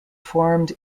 formed